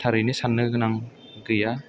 थारैनो साननो गोनां गैया